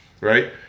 Right